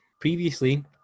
Previously